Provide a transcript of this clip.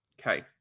Okay